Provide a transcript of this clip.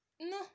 No